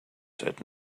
said